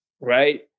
Right